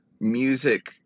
music